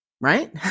right